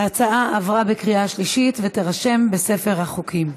ההצעה עברה בקריאה שלישית ותירשם בספר החוקים.